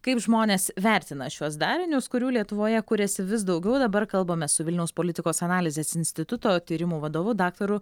kaip žmonės vertina šiuos darinius kurių lietuvoje kuriasi vis daugiau dabar kalbame su vilniaus politikos analizės instituto tyrimų vadovu daktaru